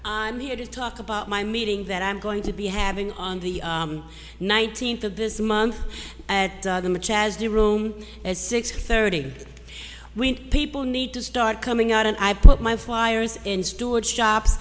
i'm here to talk about my meeting that i'm going to be having on the nineteenth of this month at the much as the room is six thirty when people need to start coming out and i put my flyers in storage shop